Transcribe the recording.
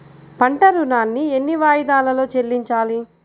పంట ఋణాన్ని ఎన్ని వాయిదాలలో చెల్లించాలి?